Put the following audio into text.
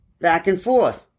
back-and-forth